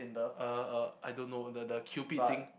uh uh I don't know the the cupid thing